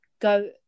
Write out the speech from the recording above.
go